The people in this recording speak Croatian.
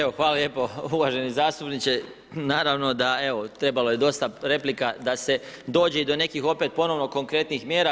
Evo hvala lijepo uvaženi zastupniče, naravno da evo, trebalo je dosta replika da se dođe do nekih opet ponovno konkretnih mjera.